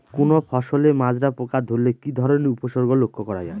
কোনো ফসলে মাজরা পোকা ধরলে কি ধরণের উপসর্গ লক্ষ্য করা যায়?